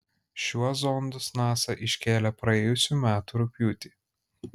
šiuo zondus nasa iškėlė praėjusių metų rugpjūtį